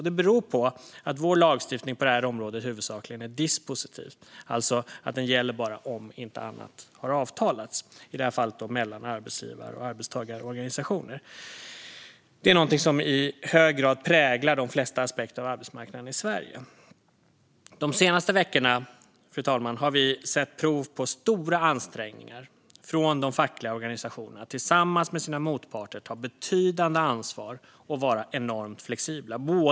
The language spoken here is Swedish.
Det beror på att vår lagstiftning på området huvudsakligen är dispositiv, alltså att den gäller bara om inte annat har avtalats, i det här fallet mellan arbetsgivare och arbetstagarorganisationer. Det är något som i hög grad präglar de flesta aspekter av arbetsmarknaden i Sverige De senaste veckorna, fru talman, har vi sett prov på stora ansträngningar från de fackliga organisationerna att tillsammans med sina motparter ta betydande ansvar och vara enormt flexibla.